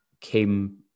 came